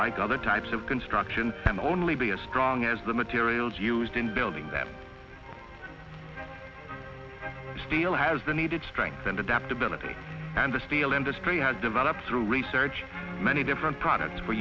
like other types of construction can only be as strong as the materials used in building them steel has the needed strength and adaptability and the steel industry has developed through research many different products for